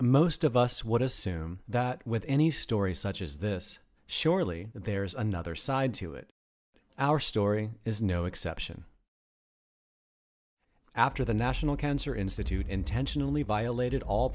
most of us what assume that with any story such as this surely there's another side to it our story is no exception after the national cancer institute intentionally violated all